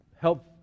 help